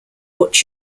what